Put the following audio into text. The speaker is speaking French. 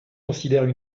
considèrent